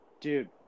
Dude